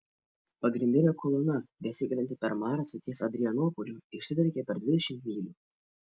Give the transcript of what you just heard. pagrindinė kolona besikelianti per maricą ties adrianopoliu išsidriekė per dvidešimt mylių